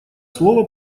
слово